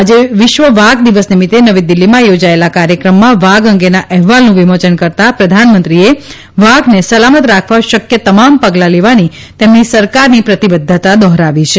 આજે વિશ્વ વાઘ દિવસ નિમિત્તે નવી દિલ્ફીમાં યોજાયેલા કાર્યક્રમમાં વાઘ અંગેના અહેવાલનું વિમોચન કરતાં પ્રધાનમંત્રીએ વાઘને સલામત રાખવા શક્ય તમામ પગલા લેવાની તેમની સરકારની પ્રતિબદ્ધતા દોહરાવી છે